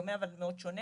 אבל מאוד שונה,